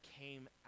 came